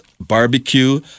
barbecue